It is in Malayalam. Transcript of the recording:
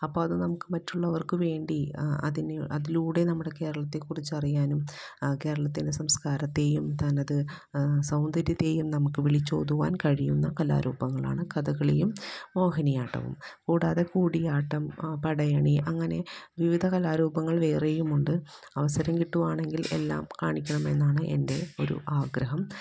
അപ്പോൾ അത് നമുക്ക് മറ്റുള്ളവര്ക്ക് വേണ്ടി അതിനെ അതിലൂടെ നമ്മുടെ കേരളത്തെക്കുറിച്ച് അറിയാനും കേരളത്തിന്റെ സംസ്കാരത്തെയും തനത് സൗന്ദര്യത്തെയും നമുക്ക് വിളിച്ചോതുവാന് കഴിയുന്ന കലാരൂപങ്ങളാണ് കഥകളിയും മോഹിനിയാട്ടവും കൂടാതെ കൂടിയാട്ടം പടയണി അങ്ങനെ വിവിധ കലാരൂപങ്ങള് വേറെയും ഉണ്ട് അവസരം കിട്ടുവാണെങ്കില് എല്ലാം കാണിക്കണമെന്നാണ് എന്റെ ഒരു ആഗ്രഹം